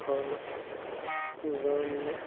حالَت زانٛنہٕ